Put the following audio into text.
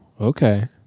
okay